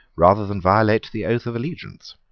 rather than violate the oath of allegiance.